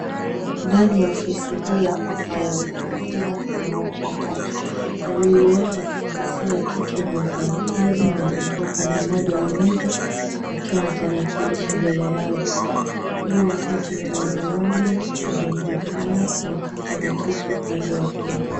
Ndani ya ofisi hii ya huduma Kenya kuna watu watatu, wawili wao wa kijinsia ya kike, ni wafanyikazi na wamekaa upande mmoja wa meza wakiwa na tarakilishi mbele yao. Huyu wa tatu ni mwanamume na ndio mhudumiwa amekaa kwenye kiti upande wa pili.